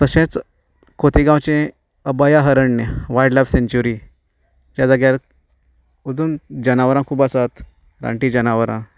तशेंच खोतिगांवचें अभ्याहरणय वायल्ड लायफ सॅंकच्युरी ज्या जाग्यार जनावरां खूब आसा रानटी जनावरां